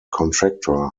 contractor